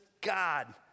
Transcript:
God